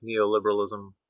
neoliberalism